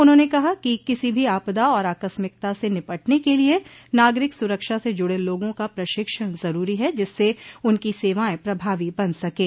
उन्होंने कहा कि किसी भी आपदा और आकस्मिकता से निपटने के लिए नागरिक सुरक्षा से जुड़े लोगों का प्रशिक्षण जरूरी है जिससे उनकी सेवाएं प्रभावी बन सकें